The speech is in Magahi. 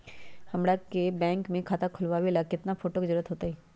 हमरा के बैंक में खाता खोलबाबे ला केतना फोटो के जरूरत होतई?